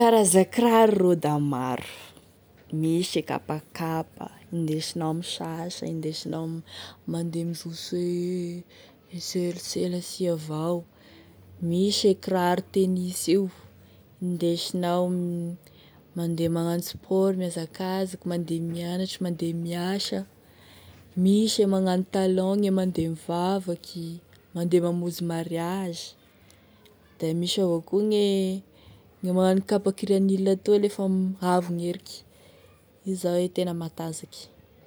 E karaza kiraro rô da maro: misy e kapakapa, indesinao misasa, indesinao mandeha mizoso e selasela esia avao, misy e kiraro tenisy io indesinao mandeha magnano sport mihazakazaky, mandeha mianatry mandeha miasa, misy e magnano talon gne mandeha mivavaky, misy mamonzy mariazy, da misy avao koa gne gne magnano kapa kiranile io la manoragny gn'andro avy gn'eriky, igny zao e tena mantazaky.